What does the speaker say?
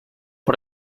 per